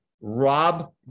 Rob